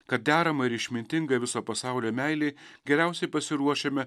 kad deramą ir išmintingą viso pasaulio meilė geriausiai pasiruošiame